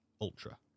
ultra